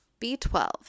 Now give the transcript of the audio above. B12